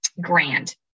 grand